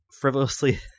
frivolously